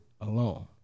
alone